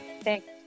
thanks